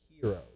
heroes